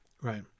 right